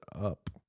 up